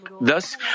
thus